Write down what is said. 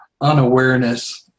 unawareness